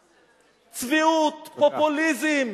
צביעות, פופוליזם.